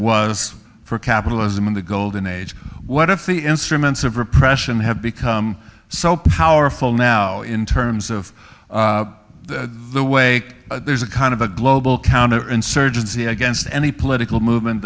was for capitalism in the golden age what if the instruments of repression have become so powerful now in terms of the way there's a kind of a global counter insurgency against any political movement